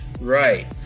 Right